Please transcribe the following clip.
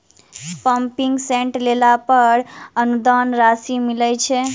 Pumping set लेला पर अनुदान राशि मिलय छैय?